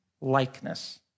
likeness